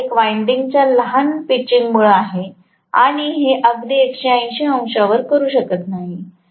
दुसरा एक वाईन्डिन्ग च्या लहान पिचिंगमुळे आहे मी हे अगदी 180 अंशांवर करू शकत नाही